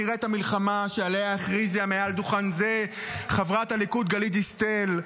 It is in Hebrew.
נראית המלחמה שעליה הכריזה מעל דוכן זה חברת הליכוד גלית דיסטל,